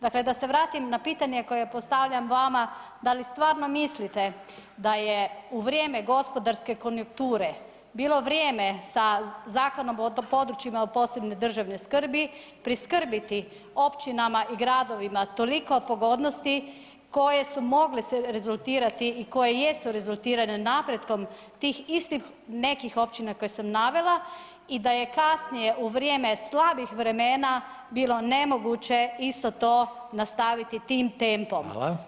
Dakle, da se vratim na pitanje koje postavljam vama, da li stvarno mislite da je u vrijeme gospodarske konjunkture bilo vrijeme sa Zakonom o područjima od posebne državne skrbi priskrbiti općinama i gradovima toliko pogodnosti koje su mogle rezultirati i koje jesu rezultirale napretkom tih istih nekih općina koje sam navela i da je kasnije u vrijeme slavnih vremena bilo nemoguće isto to nastaviti tim tempom.